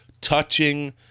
touching